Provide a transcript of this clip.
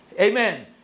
Amen